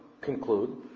conclude